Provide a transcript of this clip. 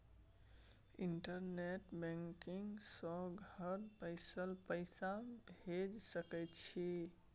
internet banking सँ घर बैसल पैसा भेज सकय छी